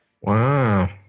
Wow